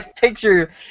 picture